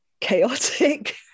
chaotic